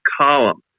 column